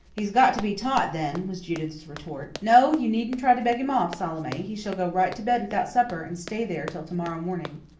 he's got to be taught, then, was judith's retort. no, you needn't try to beg him off, salome. he shall go right to bed without supper, and stay there till to-morrow morning.